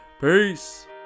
Peace